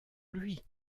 lui